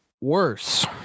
Worse